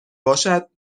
باشد